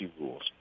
rules